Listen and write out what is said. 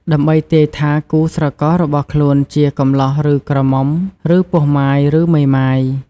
ដើម្បីទាយថាគូស្រកររបស់ខ្លួនជា កំលោះឬក្រមុំ ឬ ពោះម៉ាយឬមេម៉ាយ ។